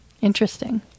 Interesting